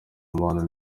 umubano